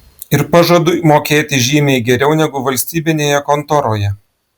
ir pažadu mokėt žymiai geriau negu valstybinėje kontoroje